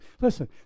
listen